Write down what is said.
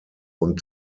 und